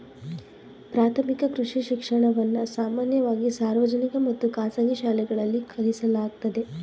ಪ್ರಾಥಮಿಕ ಕೃಷಿ ಶಿಕ್ಷಣವನ್ನ ಸಾಮಾನ್ಯವಾಗಿ ಸಾರ್ವಜನಿಕ ಮತ್ತು ಖಾಸಗಿ ಶಾಲೆಗಳಲ್ಲಿ ಕಲಿಸಲಾಗ್ತದೆ